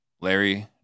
Larry